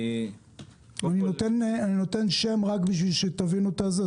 אני נותן שם רק בשביל שתבינו את זה,